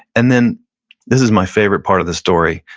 and then this is my favorite part of the story,